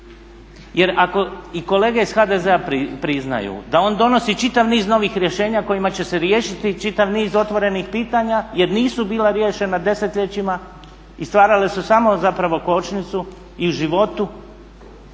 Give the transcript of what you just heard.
Jer ako i kolege iz HDZ-a priznaju da on donosi čitav niz novih rješenja kojima će se riješiti čitav niz otvorenih pitanja jer nisu bila riješena desetljećima i stvarale su samo zapravo kočnicu i životu.